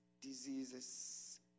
diseases